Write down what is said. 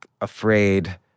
afraid